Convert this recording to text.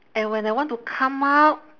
and when I want to come out